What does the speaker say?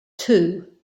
two